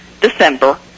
December